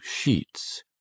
sheets